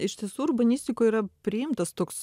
iš tiesų urbanistikoj yra priimtas toks